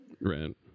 Right